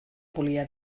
volia